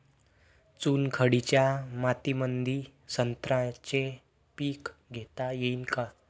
चुनखडीच्या मातीमंदी संत्र्याचे पीक घेता येईन का?